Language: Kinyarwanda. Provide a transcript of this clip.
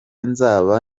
nzaba